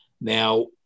Now